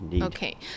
Okay